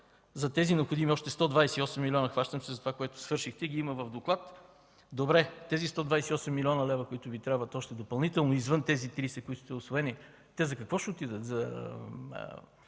за тези необходими още 128 милиона, хващам се за това, с което свършихте, ги има в доклада. Добре, тези 128 млн. лв., които Ви трябват допълнително извън тези 30, които са усвоени, те за какво ще отидат? За